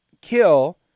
kill